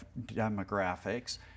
demographics